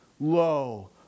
low